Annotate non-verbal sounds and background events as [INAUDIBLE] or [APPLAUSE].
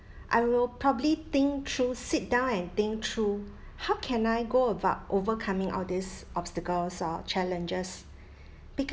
I will probably think through sit down and think through how can I go about overcoming all these obstacles or challenges [BREATH]